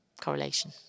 correlation